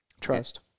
trust